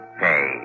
pay